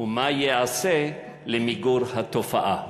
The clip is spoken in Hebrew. ומה ייעשה למיגור התופעה?